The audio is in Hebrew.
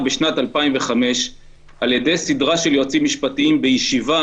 בשנת 2005 על ידי סדרה של יועצים משפטיים בישיבה